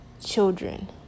children